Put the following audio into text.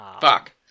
Fuck